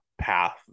path